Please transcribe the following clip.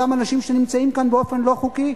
גם אנשים שנמצאים כאן באופן לא חוקי,